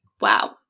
wow